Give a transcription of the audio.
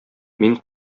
мин